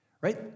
Right